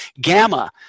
Gamma